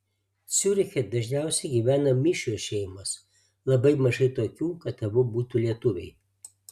ciuriche dažniausiai gyvena mišrios šeimos labai mažai tokių kad abu būtų lietuviai